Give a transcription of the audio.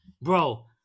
bro